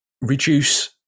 reduce